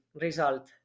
result